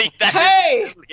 Hey